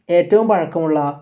ഏറ്റവും പഴക്കമുള്ള